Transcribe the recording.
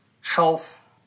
health